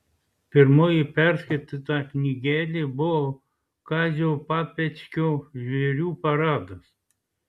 pirmoji perskaityta knygelė buvo kazio papečkio žvėrių paradas